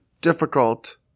difficult